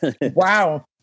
Wow